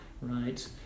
right